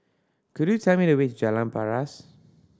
could you tell me the way to Jalan Paras